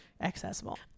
accessible